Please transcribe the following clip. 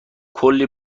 کلی